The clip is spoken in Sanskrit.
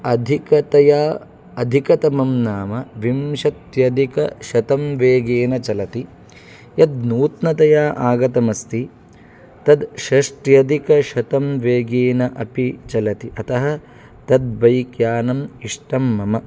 अधिकतया अधिकतमं नाम विंशत्यधिकशतं वेगेन चलति यत् नूतनतया आगतमस्ति तत् षष्ट्यधिकशतं वेगेन अपि चलति अतः तत् बैक् यानम् इष्टं मम